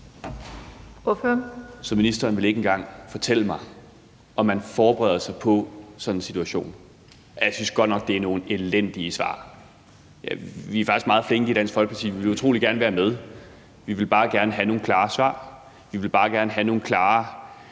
Så ministeren vil ikke engang fortælle mig, om man forbereder sig på sådan en situation. Jeg synes godt nok, det er nogle elendige svar. Vi er faktisk meget flinke i Dansk Folkeparti. Vi vil utrolig gerne være med. Vi vil bare gerne have nogle klare svar. Vi vil bare gerne have nogle klare